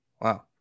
wow